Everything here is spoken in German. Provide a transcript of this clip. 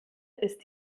ist